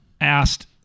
asked